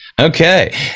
Okay